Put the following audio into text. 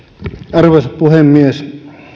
arvoisa puhemies